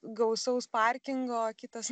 gausaus parkingo kitas